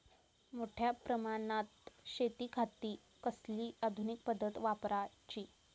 मोठ्या प्रमानात शेतिखाती कसली आधूनिक पद्धत वापराची?